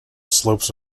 slopes